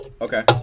Okay